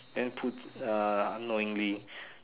then two ah unknowingly